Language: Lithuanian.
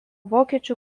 vokiečių